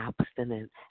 abstinence